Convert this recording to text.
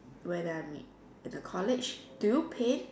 when I'm in the college do you paint